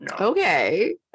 okay